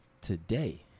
today